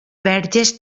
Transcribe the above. verges